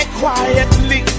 quietly